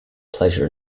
pleasure